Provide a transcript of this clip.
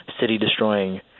city-destroying